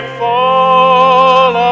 fall